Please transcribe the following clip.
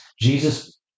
Jesus